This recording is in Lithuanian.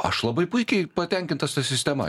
aš labai puikiai patenkintas ta sistema